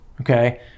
Okay